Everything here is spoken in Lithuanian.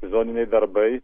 sezoniniai darbai